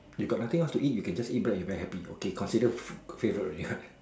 you got nothing else to eat you can just eat bread you very happy okay considered fav favourite already